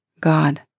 God